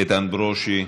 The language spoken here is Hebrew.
איתן ברושי,